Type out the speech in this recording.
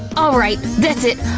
alright, that's it!